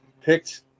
picked